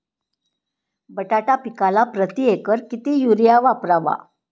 बटाटा पिकाला प्रती एकर किती युरिया वापरावा?